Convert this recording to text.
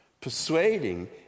Persuading